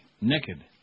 Naked